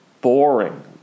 boring